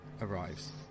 arrives